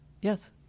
Yes